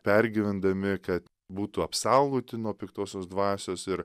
pergyvendami ka būtų apsaugoti nuo piktosios dvasios ir